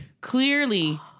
clearly